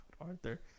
Arthur